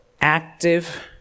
active